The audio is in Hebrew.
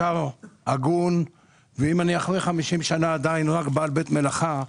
ישר והגון אם אחרי 50 שנה אני עדיין רק בעל בית מלאכה.